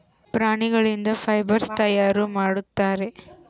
ಪ್ರಾಣಿಗಳಿಂದ ಫೈಬರ್ಸ್ ತಯಾರು ಮಾಡುತ್ತಾರೆ